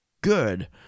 good